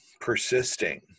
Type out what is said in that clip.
persisting